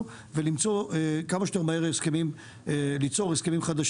ולמצוא כמה שיותר מהר הסכמים חדשים.